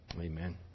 Amen